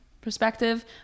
perspective